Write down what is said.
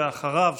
ואחריו,